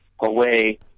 away